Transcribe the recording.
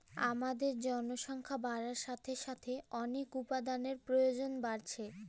আমাদের জনসংখ্যা বাড়ার সাথে সাথে অনেক উপাদানের প্রয়োজন বাড়ছে